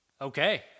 Okay